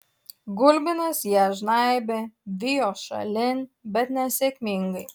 gulbinas ją žnaibė vijo šalin bet nesėkmingai